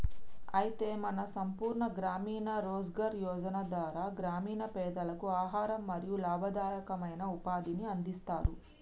అయితే మన సంపూర్ణ గ్రామీణ రోజ్గార్ యోజన ధార గ్రామీణ పెదలకు ఆహారం మరియు లాభదాయకమైన ఉపాధిని అందిస్తారు